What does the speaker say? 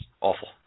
Awful